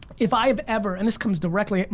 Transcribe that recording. if i have ever, and this comes directly,